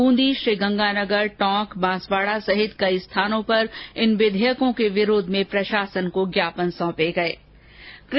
बूंदी श्रीगंगानगर टोंक बांसवाड़ा सहित कई स्थानों पर इन विधेयकों के विरोध में प्रशासन को ज्ञापन सौंपे गये